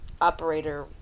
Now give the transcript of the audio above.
operator